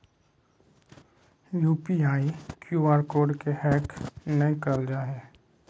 UPI, Q R code के hack नयय करल जा हइ